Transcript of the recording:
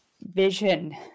vision